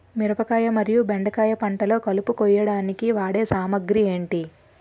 మిరపకాయ మరియు బెండకాయ పంటలో కలుపు కోయడానికి వాడే సామాగ్రి ఏమిటి?